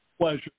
pleasure